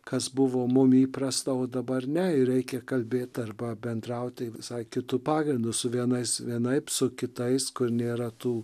kas buvo mum įprasta o dabar ne ir reikia kalbėt arba bendrauti visai kitu pagrindu su vienais vienaip su kitais kur nėra tų